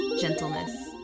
gentleness